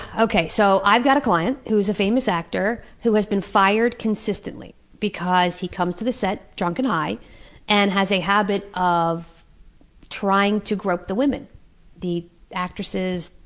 so i've got a client who's a famous actor, who has been fired consistently because he comes to the set drunk and high and has a habit of trying to grope the women the actresses,